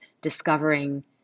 discovering